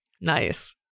Nice